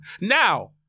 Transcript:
Now